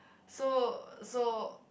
so so